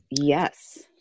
Yes